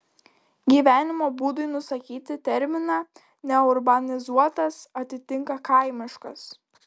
gyvenimo būdui nusakyti terminą neurbanizuotas atitinka kaimiškas